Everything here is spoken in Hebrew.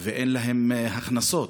ואין להם הכנסות,